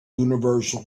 universal